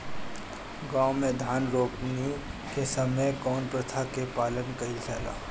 गाँव मे धान रोपनी के समय कउन प्रथा के पालन कइल जाला?